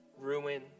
ruin